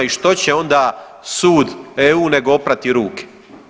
I što će onda sud EU nego oprati ruke.